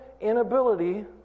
inability